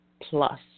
plus